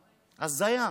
הזיה.